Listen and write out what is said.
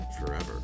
forever